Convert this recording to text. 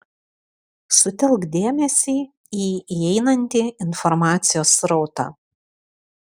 sutelk dėmesį į įeinantį informacijos srautą